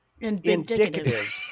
indicative